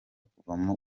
kuvamo